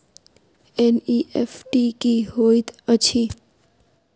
NEFT की होइत अछि?